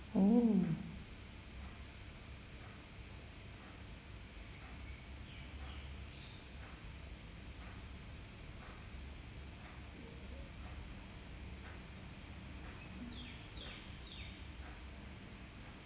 oh